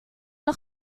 nog